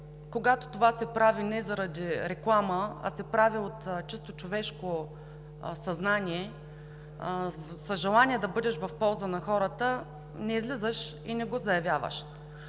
когато това се прави, не е заради реклама, а се прави от чисто човешко съзнание, с желание да бъдеш в полза на хората, не излизаш и не го заявяваш.